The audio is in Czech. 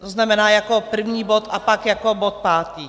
To znamená jako první bod a pak jako bod pátý.